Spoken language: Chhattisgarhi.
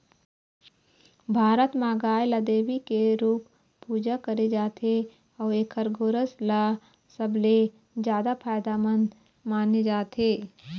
भारत म गाय ल देवी के रूप पूजा करे जाथे अउ एखर गोरस ल सबले जादा फायदामंद माने जाथे